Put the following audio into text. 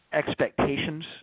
expectations